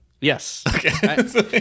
Yes